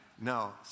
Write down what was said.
No